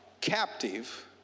captive